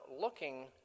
looking